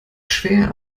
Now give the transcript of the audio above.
schwer